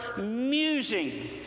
musing